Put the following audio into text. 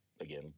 again